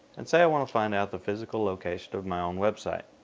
and say i want to find out the physical location of my own website.